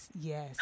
Yes